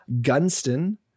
Gunston